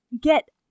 get